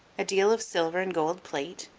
a deal of silver and gold plate,